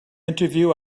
interview